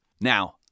Now